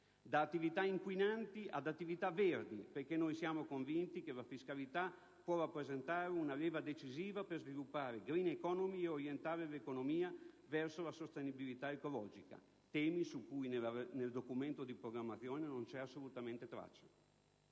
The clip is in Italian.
Da attività inquinanti ad attività verdi, perché siamo convinti che la fiscalità può rappresentare una leva decisiva per sviluppare una *green economy* e orientare l'economia verso la sostenibilità ecologica (si tratta di temi su cui nel documento in discussione non c'è assolutamente traccia).